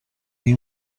این